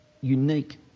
unique